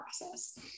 process